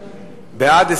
בעד,